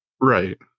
Right